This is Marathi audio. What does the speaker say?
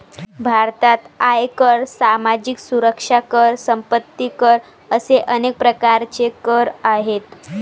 भारतात आयकर, सामाजिक सुरक्षा कर, संपत्ती कर असे अनेक प्रकारचे कर आहेत